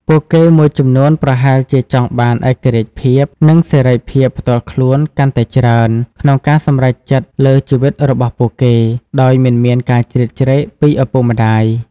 ពួកគេមួយចំនួនប្រហែលជាចង់បានឯករាជ្យភាព និងសេរីភាពផ្ទាល់ខ្លួនកាន់តែច្រើន ក្នុងការសម្រេចចិត្តលើជីវិតរបស់ពួកគេ ដោយមិនមានការជ្រៀតជ្រែកពីឪពុកម្តាយ។